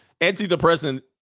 antidepressant